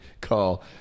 call